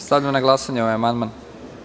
Stavljam na glasanje ovaj amandman.